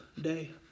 day